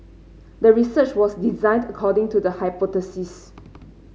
the research was designed according to the hypothesis